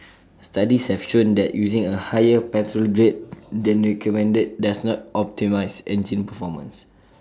studies have shown that using A higher petrol grade than recommended does not optimise engine performance